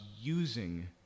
using